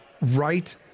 right